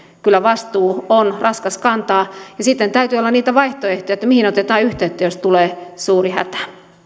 kyllä vastuu on raskas kantaa ja sitten täytyy olla niitä vaihtoehtoja mihin otetaan yhteyttä jos tulee suuri hätä